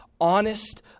Honest